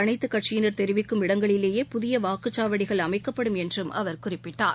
அனைத்துக் கட்சியினர் தெரிவிக்கும் இடங்களிலேயே புதிய வாக்குச்சாவடிகள் அமைக்கப்படும் என்றும் அவர் குறிப்பிட்டார்